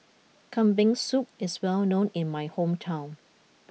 Kambing Soup is well known in my hometown